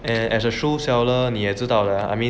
and as a shoe seller 你也知道 lah I mean